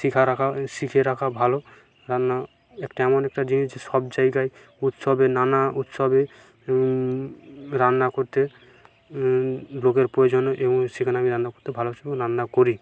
শেখা রাখা শিখে রাখা ভালো রান্না একটা এমন একটা জিনিস যে সব জায়গায় উৎসবে নানা উৎসবে রান্না করতে লোকের প্রয়োজন হয় এবং সেখানে আমি রান্না করতে ভালোবাসি এবং রান্না করি